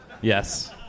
Yes